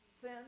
Sin